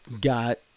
got